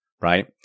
right